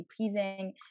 pleasing